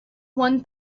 one